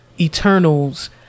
Eternals